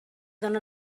dóna